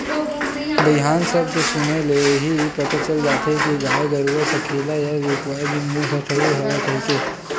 दईहान सब्द सुने ले ही पता चल जाथे के गाय गरूवा सकेला या रूकवाए के बिसेस ठउर हरय कहिके